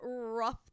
rough